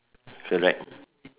correct